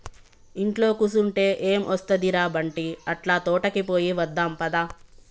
ఇంట్లో కుసంటే ఎం ఒస్తది ర బంటీ, అట్లా తోటకి పోయి వద్దాం పద